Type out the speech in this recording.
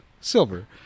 Silver